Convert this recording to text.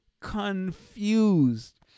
confused